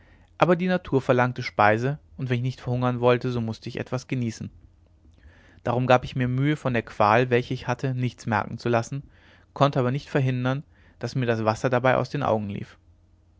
aber die natur verlangte speise und wenn ich nicht verhungern wollte so mußte ich etwas genießen darum gab ich mir mühe von der qual welche ich hatte nichts merken zu lassen konnte aber nicht verhindern daß mir das wasser dabei aus den augen lief